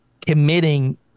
committing